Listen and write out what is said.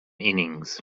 innings